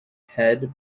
head